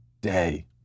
day